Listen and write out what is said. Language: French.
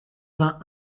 vingt